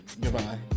goodbye